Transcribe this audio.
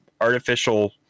artificial